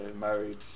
married